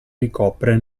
ricopre